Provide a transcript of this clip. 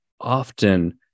often